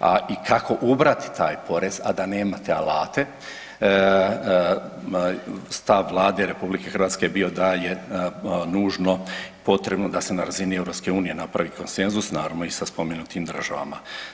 a i kako ubrati taj porez, a da nemate alate, stav Vlade RH je bio da je nužno potrebno da se na razini EU napravi konsenzus, naravno i sa spomenutim državama.